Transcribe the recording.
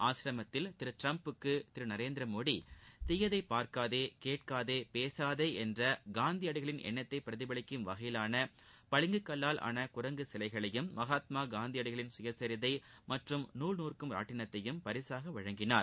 ஆஸ்ரமத்தில் திரு ட்டிரம்புக்கு திரு நரேந்திரமோடி தீயதை பார்க்காதே கேட்காதே பேசாதே என்ற காந்தியடிகளின் எண்ணத்தை பிரதிபலிக்கும் வகையிலான பளிங்கு கல்விலான குரங்கு சிலைகளையும் மகாத்மா காந்தியடிகளின் சுயசிதை மற்றும் நூல் நூற்கும் ராட்டினத்தையும் பரிசாக அளித்தார்